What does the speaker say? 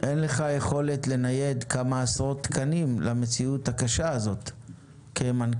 אין לך יכולת לנייד כמה עשרות תקנים למציאות הקשה הזאת כמנכ"ל,